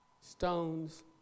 stones